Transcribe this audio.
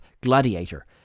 Gladiator